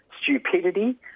stupidity